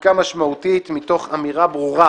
חקיקה משמעותית מתוך אמירה ברורה